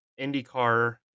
IndyCar